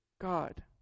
God